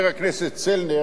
אני לא רואה אותו לצערי,